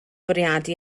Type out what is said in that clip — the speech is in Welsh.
bwriadu